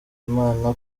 imana